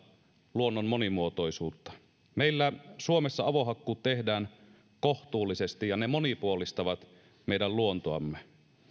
luonnon monimuotoisuutta meillä suomessa avohakkuut tehdään kohtuullisesti ja ne monipuolistavat meidän luontoamme